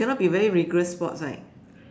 it cannot be very rigorous sports right